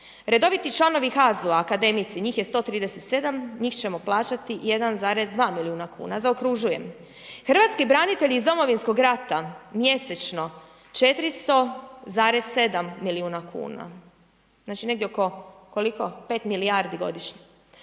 Redoviti članovi HAZU-a, akademici, njih je 137, njih ćemo plaćati 1,2 milijuna kuna, zaokružuje. Hrvatski branitelji iz Domovinskog rata mjesečno 400,7 milijuna kuna, znači negdje oko, koliko, 5 milijardi godišnje.